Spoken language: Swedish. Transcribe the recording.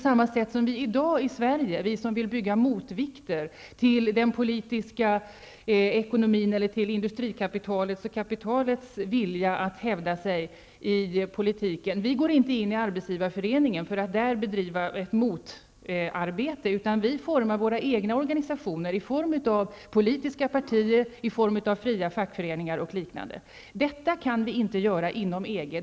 Vi som i Sverige vill skapa motvikter till den politiska ekonomin, till kapitalets vilja att hävda sig i politiken går inte in i Arbetsgivareföreningen för att där bedriva ett motarbete, utan vi bygger upp våra egna organisationer, i form av politiska partier, fria fackföreningar och liknande. Detta kan vi inte göra inom EG.